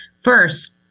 First